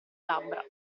labbra